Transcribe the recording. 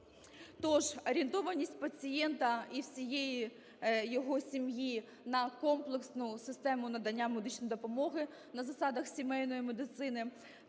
Тож орієнтованість пацієнта і всієї його сім'ї на комплексну систему надання медичної допомоги на засадах сімейної медицини,